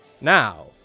Now